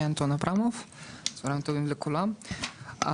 צוהריים טובים לכולם,